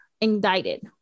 indicted